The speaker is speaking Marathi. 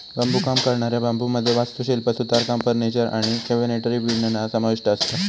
बांबुकाम करणाऱ्या बांबुमध्ये वास्तुशिल्प, सुतारकाम, फर्निचर आणि कॅबिनेटरी विणणा समाविष्ठ असता